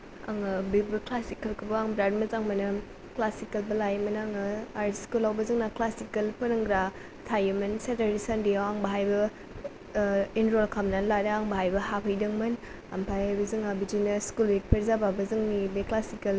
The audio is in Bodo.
आङो बेबो क्लासिकेलखौबो आङो बिरात मोजां मोनो क्लासिकेलबो लायोमोन आङो आरो स्कुलावबो जोंना क्लासिकेल फोरोंग्रा थायोमोन सेटारदे सानदेआव आं बाहायबो एनरल खालामनानै लादों आं बाहायबो हाबहैदोंमोन ओमफ्राय बे जोंना बिदिनो स्कुल उइकफोर जाबाबो